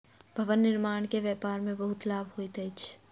भवन निर्माण के व्यापार में बहुत लाभ होइत अछि